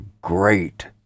great